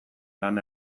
lan